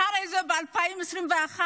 אחרי זה, ב-2021,